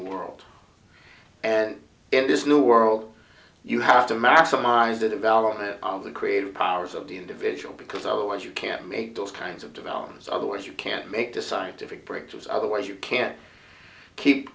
world and in this new world you have to maximize the development of the creative powers of the individual because otherwise you can't make those kinds of developments otherwise you can't make the scientific breakthroughs otherwise you can't keep